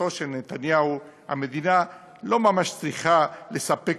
תפיסתו של נתניהו המדינה לא ממש צריכה לספק